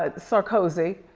ah sarkozy.